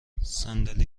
صندلی